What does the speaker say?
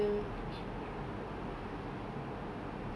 but what do you think she would like